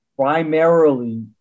primarily